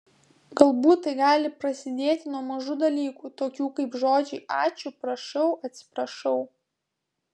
galbūt tai gali prasidėti nuo mažų dalykų tokių kaip žodžiai ačiū prašau atsiprašau